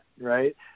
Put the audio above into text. right